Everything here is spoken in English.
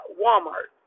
walmart